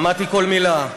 שמעתי כל מילה.